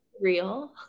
Real